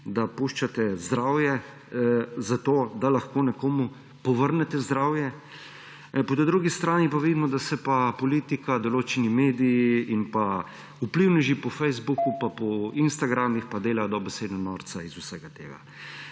da puščate zdravje, zato da lahko nekomu povrnete zdravje. Po drugi strani pa vidimo, da se pa politika, določeni mediji in vplivneži po Facebooku in po Instagramu delajo dobesedno norca iz vsega tega.